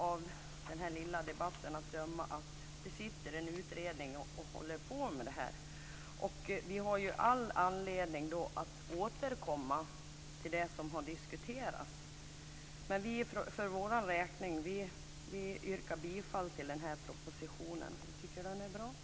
Av den här lilla debatten framgår att det sitter en utredning och håller på med detta. Vi har all anledning att återkomma till det som har diskuterats. För Vänsterpartiets räkning yrkar jag bifall till propositionen. Vi tycker att den är bra.